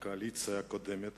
שהקואליציה הקודמת